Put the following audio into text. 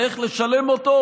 ואיך לשלם אותו?